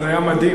זה היה מדהים.